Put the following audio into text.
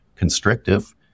constrictive